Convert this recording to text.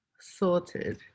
Sorted